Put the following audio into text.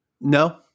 No